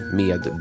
med